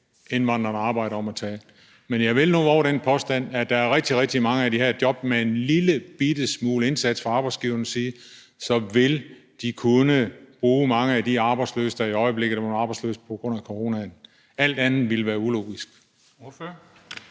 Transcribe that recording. indvandrende arbejdere om at tage. Men jeg vil nu vove den påstand, at der er rigtig, rigtig mange af de job, hvor man med en lille smule indsats fra arbejdsgivernes side ville kunne bruge mange af de mennesker, der i øjeblikket er arbejdsløse på grund af coronaen. Alt andet ville være ulogisk.